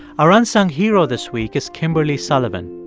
our unsung hero this week is kimberly sullivan.